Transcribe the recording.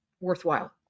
Worthwhile